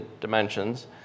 dimensions